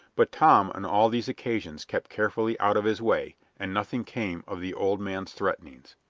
but tom on all these occasions kept carefully out of his way, and nothing came of the old man's threatenings.